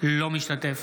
אינו משתתף